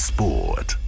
Sport